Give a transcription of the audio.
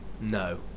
No